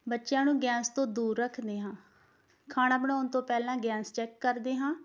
ਬੱਚਿਆਂ ਨੂੰ ਗੈਸ ਤੋਂ ਦੂਰ ਰੱਖਦੇ ਹਾਂ ਖਾਣਾ ਬਣਾਉਣ ਤੋਂ ਪਹਿਲਾਂ ਗੈਸ ਚੈੱਕ ਕਰਦੇ ਹਾਂ